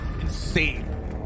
Insane